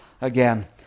again